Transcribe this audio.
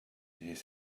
his